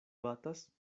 batas